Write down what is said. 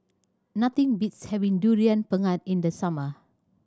nothing beats having Durian Pengat in the summer